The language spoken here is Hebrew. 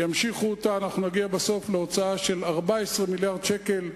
ואם ימשיכו אותה אנחנו נגיע בסוף להוצאה של 14 מיליארד שקל.